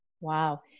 Wow